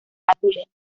azules